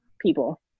people